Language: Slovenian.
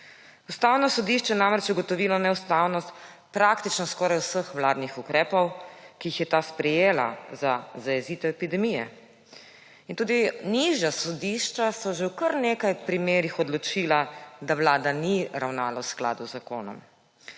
Ustavno sodišče je namreč ugotovilo neustavnost praktično skoraj vseh vladnih ukrepov, ki jih je ta sprejela za zajezitev epidemije. In tudi nižja sodišča so že v kar nekaj primerih odločila, da vlada ni ravnala v skladu z zakonom.